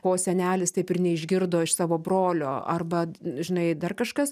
ko senelis taip ir neišgirdo iš savo brolio arba žinai dar kažkas